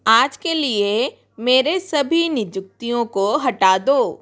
आज के लिए मेरे सभी नियुक्तियों को हटा दो